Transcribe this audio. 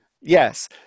Yes